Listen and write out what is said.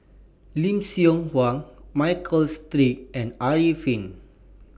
Lim Seok Hui Michael Seet and Arifin